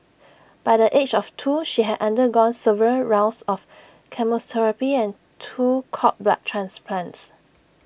by the age of two she had undergone several rounds of chemotherapy and two cord blood transplants